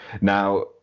now